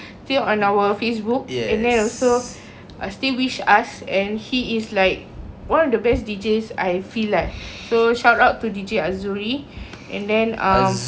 feel on our facebook and then also uh still wish us and he is like one of the best D_Js I feel lah so shout out to D_J azuri and then um